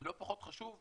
ולא פחות חשוב,